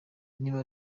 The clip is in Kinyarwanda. niba